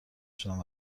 شدم